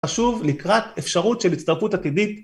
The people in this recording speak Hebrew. חשוב לקראת אפשרות של הצטרפות עתידית.